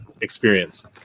experience